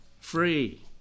free